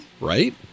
Right